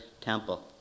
temple